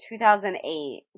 2008